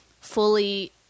fully